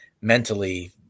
mentally